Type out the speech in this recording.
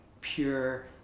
pure